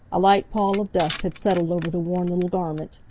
a light pall of dust had settled over the worn little garment,